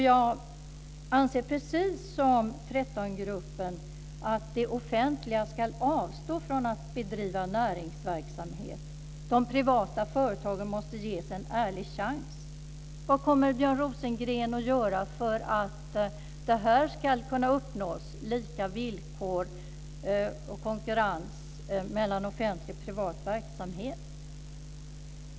Jag anser, precis som 13-gruppen, att det offentliga ska avstå från att bedriva näringsverksamhet. De privata företagen måste ges en ärlig chans. Vad kommer Björn Rosengren att göra för att det här ska kunna uppnås, dvs. lika villkor och konkurrens mellan offentlig och privat verksamhet?